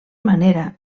manera